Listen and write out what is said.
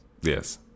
Yes